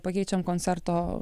pakeičiam koncerto